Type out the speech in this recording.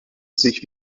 sich